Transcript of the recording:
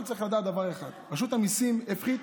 אבל צריך לדעת דבר אחד: רשות המיסים הפחיתה,